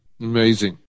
Amazing